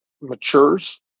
matures